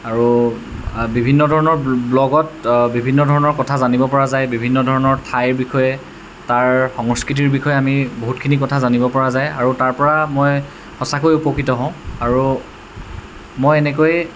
আৰু বিভিন্ন ধৰণৰ ব্লগত বিভিন্ন ধৰণৰ কথা জানিব পৰা যায় বিভিন্ন ধৰণৰ ঠাইৰ বিষয়ে তাৰ সংস্কৃতিৰ বিষয়ে আমি বহুতখিনি কথা জানিব পৰা যায় আৰু তাৰপৰা মই সঁচাকৈ উপকৃত হওঁ আৰু মই এনেকৈ